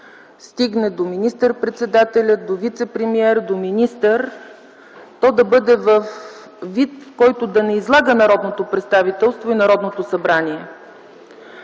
стигне до министър-председателя, до вицепремиер, до министър, то да бъде във вид, който да не излага народното представителство и Народното събрание.